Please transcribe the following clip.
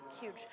huge